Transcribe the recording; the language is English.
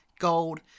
gold